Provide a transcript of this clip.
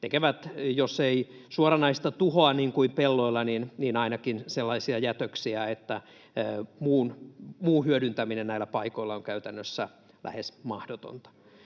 jos eivät suoranaista tuhoa, niin kuin pelloilla, ainakin sellaisia jätöksiä, että muu hyödyntäminen näillä paikoilla on käytännössä lähes mahdotonta.